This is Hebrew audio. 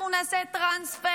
אנחנו נעשה טרנספר,